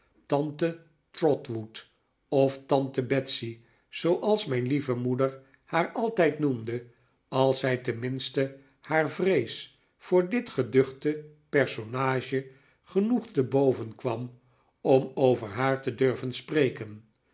tante trotwood of tante betsey zooals mijn lieve moeder haar altijd noemde als zij tenminste haar vrees voor dit geduchte personage genoeg te boven kwam om over haar te durven spreken